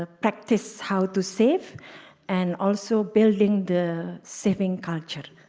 ah practice how to save and also building the saving culture.